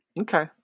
Okay